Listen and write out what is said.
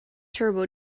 turbo